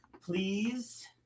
please